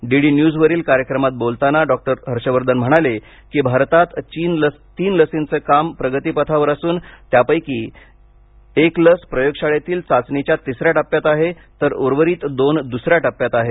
DD न्यूजवरील कार्यक्रमात बोलताना डॉ वर्धन म्हणाले की भारतात तीन लसींच काम प्रगतीपथावर असून त्यापैकी एका लस प्रयोगशाळेतील चाचणीच्या तिसऱ्या टप्प्यात आहे तर उर्वरित दोन दुसऱ्या टप्प्यात आहेत